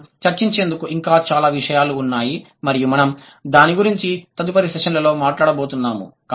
మనం చర్చించేందుకు ఇంకా చాలా విషయాలు ఉన్నాయి మరియు మనం దాని గురించి తదుపరి సెషన్లలో మాట్లాడబోతున్నాము